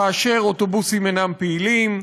כאשר אוטובוסים אינם פעילים.